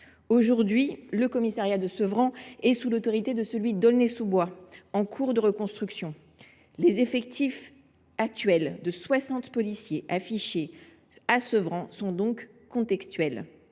le territoire. Le commissariat de Sevran est aujourd’hui sous l’autorité de celui d’Aulnay sous Bois, en cours de reconstruction. Les effectifs actuels de soixante policiers affichés à Sevran sont donc contextuels